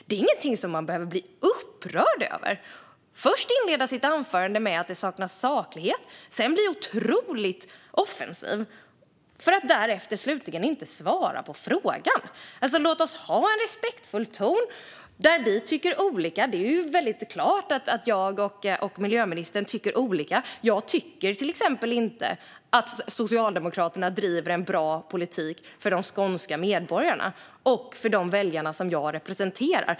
Det är inget som man behöver bli upprörd över. Först inleder ministern anförandet med att det saknas saklighet. Sedan blir hon otroligt offensiv för att slutligen inte svara på frågan. Låt oss ha en respektfull ton även om vi tycker olika. Det är väldigt klart att jag och miljöministern tycker olika. Jag tycker till exempel inte att Socialdemokraterna driver en bra politik för de skånska medborgarna och för de väljare som jag representerar.